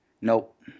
Nope